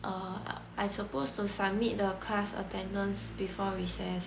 err I suppose to submit the class attendance before recess